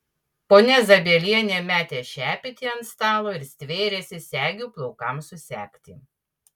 ponia zabielienė metė šepetį ant stalo ir stvėrėsi segių plaukams susegti